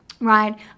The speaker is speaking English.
right